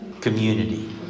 Community